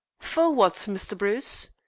for what, mr. bruce?